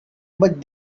but